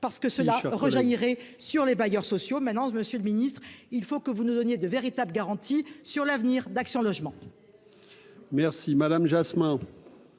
parce que cela rejaillit et sur les bailleurs sociaux, maintenance, Monsieur le Ministre, il faut que vous nous donniez de véritables garanties sur l'avenir d'Action Logement. Merci madame Jasmin.